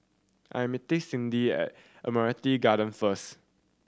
I am meeting Cyndi at Admiralty Garden first